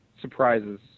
surprises